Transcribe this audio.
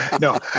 no